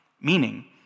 meaning